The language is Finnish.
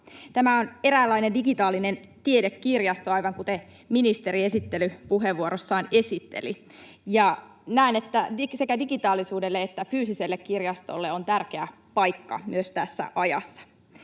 Tämä on eräänlainen digitaalinen tiedekirjasto, aivan kuten ministeri esittelypuheenvuorossaan esitteli. Näen, että sekä digitaalisuudelle että fyysiselle kirjastolle on tärkeä paikka myös tässä ajassa.